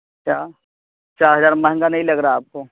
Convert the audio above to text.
چار ہزار مہنگا نہیں لگ رہا آپ کو